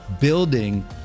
building